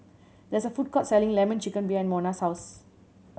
there is a food court selling Lemon Chicken behind Mona's house